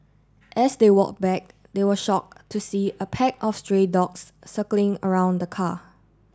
as they walk back they were shock to see a pack of stray dogs circling around the car